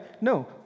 No